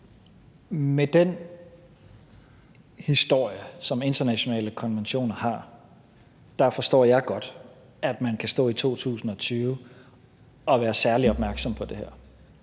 Med den historie, som internationale konventioner har, forstår jeg godt, at man kan stå i 2020 og være særlig opmærksom på det her.